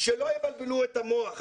שלא יבלבלו את המוח.